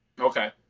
okay